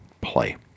play